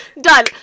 done